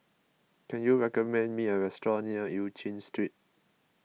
can you recommend me a restaurant near Eu Chin Street